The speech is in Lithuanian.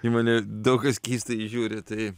į mane daug kas keistai žiūri tai